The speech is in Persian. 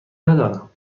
ندارم